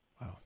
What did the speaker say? Wow